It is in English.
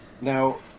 Now